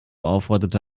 aufforderte